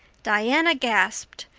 diana gasped.